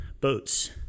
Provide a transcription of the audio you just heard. boats